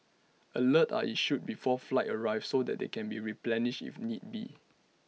alerts are issued before flights arrive so that they can be replenished if need be